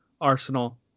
Arsenal